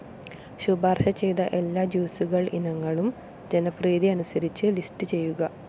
ശുപാർശ ചെയ്ത എല്ലാ ജ്യൂസുകൾ ഇനങ്ങളും ജനപ്രീതി അനുസരിച്ച് ലിസ്റ്റ് ചെയ്യുക